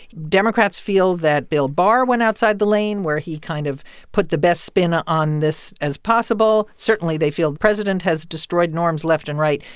democrats feel that bill barr went outside the lane, where he kind of put the best spin ah on this as possible. certainly, they feel the president has destroyed norms left and right.